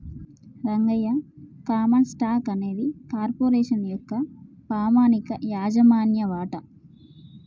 Rangayya common stock అనేది corporation యొక్క పామనిక యాజమాన్య వాట